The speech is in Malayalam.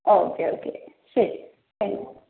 ഓക്കെ ഓക്കെ ശരി കഴിഞ്ഞു